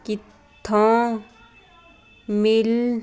ਕਿੱਥੋਂ ਮਿਲ